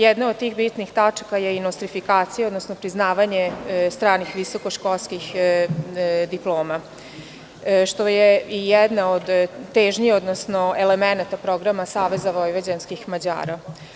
Jedna od tih bitnih tačaka je i nostrifi-kacija odnosno priznavanje stranih visokoškolskih diploma, što je i jedna od težnji, odnosno elemenata programa Saveza vojvođanskih Mađara.